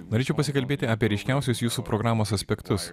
norėčiau pasikalbėti apie ryškiausius jūsų programos aspektus